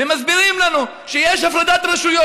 מסבירים לנו שיש הפרדת רשויות.